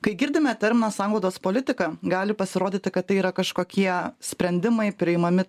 kai girdime terminą sanglaudos politika gali pasirodyti kad tai yra kažkokie sprendimai priimami